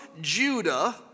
Judah